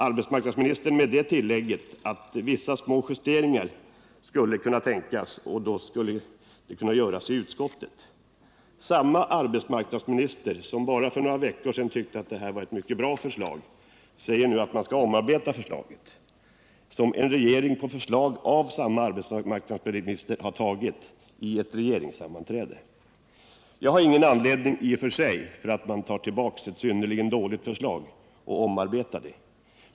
Arbetsmarknadsministern hade det tillägget att vissa små justeringar skulle kunna tänkas och att de skulle kunna göras i utskottet. Samme arbetsmarknadsminister som bara för några veckor sedan tyckte att det här var ett mycket bra förslag säger nu att man skall omarbeta förslaget, som en regering på förslag av samme arbetsmarknadsminister har godkänt i ett regeringssammanträde. Jag har ingen anledning —- i och för sig — att beklaga att man tar tillbaka ett synnerligen dåligt förslag och omarbetar det.